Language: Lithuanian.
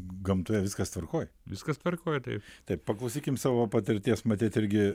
gamtoje viskas tvarkoj viskas tvarkoj taip taip paklausykim savo patirties matyt irgi